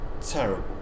terrible